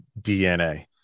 DNA